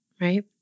right